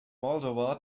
moldova